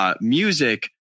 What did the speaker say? Music